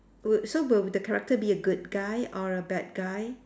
would so will the character be a good guy or a bad guy